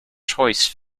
choice